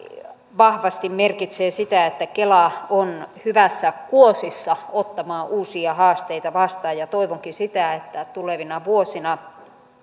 vahvasti merkitsee sitä että kela on hyvässä kuosissa ottamaan uusia haasteita vastaan toivonkin että tulevina vuosina